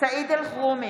סעיד אלחרומי,